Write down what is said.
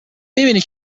میبینی